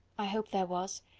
i hope there was.